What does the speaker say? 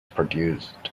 produced